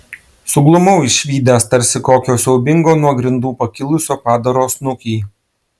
suglumau išvydęs tarsi kokio siaubingo nuo grindų pakilusio padaro snukį